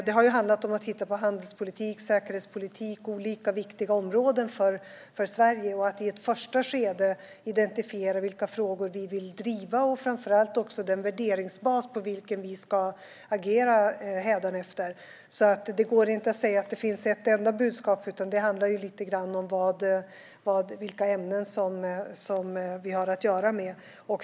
Det har handlat om att titta på områden som är viktiga för Sverige, som handelspolitik och säkerhetspolitik, och att i ett första skede identifiera vilka frågor vi vill driva. Det har framför allt handlat om den värderingsbas på vilken vi ska agera hädanefter. Det går inte att säga att det finns ett enda budskap, utan det handlar om vilka ämnen som vi har att göra med.